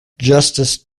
justice